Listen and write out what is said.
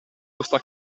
quanto